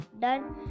done